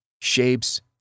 shapes